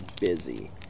busy